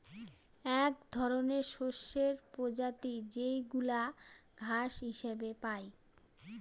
এক ধরনের শস্যের প্রজাতি যেইগুলা ঘাস হিসেবে পাই